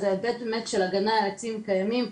אלא זה היבט של הגנה על עצים קיימים,